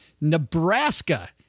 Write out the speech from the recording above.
nebraska